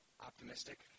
optimistic